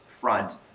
front